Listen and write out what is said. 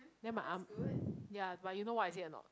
then my ah-m~ ya but you know what I say a not